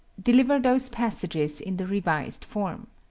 deliver those passages in the revised form.